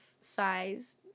size